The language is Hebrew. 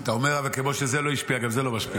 אתה אומר: אבל כמו שזה לא השפיע, גם זה לא משפיע.